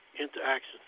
interaction